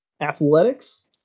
athletics